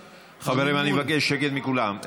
חברים, אני מבקש שקט מכולם.